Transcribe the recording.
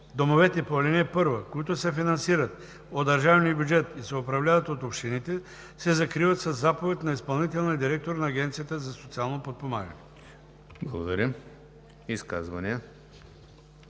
Домовете по ал. 1, които се финансират от държавния бюджет и се управляват от общините, се закриват със заповед на изпълнителния директор на Агенцията за социално подпомагане.“